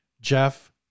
Jeff